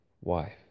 Wife